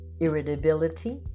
irritability